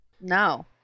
no